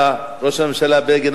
ראש הממשלה בגין,